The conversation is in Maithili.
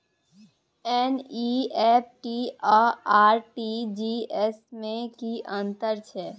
एन.ई.एफ.टी आ आर.टी.जी एस में की अन्तर छै?